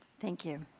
thank you.